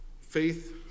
faith